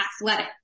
athletic